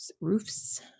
Roofs